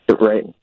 Right